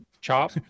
chop